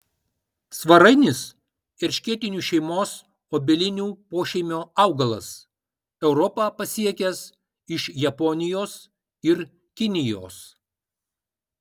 svarainis erškėtinių šeimos obelinių pošeimio augalas europą pasiekęs iš japonijos ir kinijos